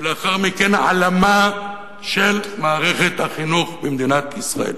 ולאחר מכן, הלאמה של מערכת החינוך במדינת ישראל.